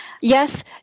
Yes